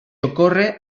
ocorre